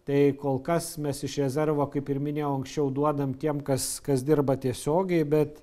tai kol kas mes iš rezervo kaip ir minėjau anksčiau duodam tiem kas kas dirba tiesiogiai bet